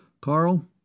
Carl